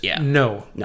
no